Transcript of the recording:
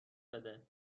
بده